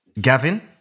Gavin